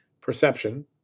perception